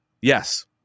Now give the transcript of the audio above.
yes